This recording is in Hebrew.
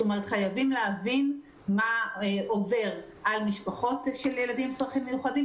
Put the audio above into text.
חייבים להבין מה עובר על משפחות של ילדים עם צרכים מיוחדים,